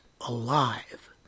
alive